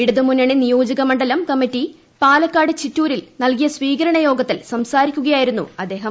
ഇടതുമുന്നണി നിയോജകമണ്ഡലം കമ്മറ്റി പാലക്കാട് ചിറ്റൂരിൽ നൽകിയ സ്വീകരണ യോഗത്തിൽ സംസാരിക്കുകയായിരുന്നു അദ്ദേഹം